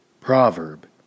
proverb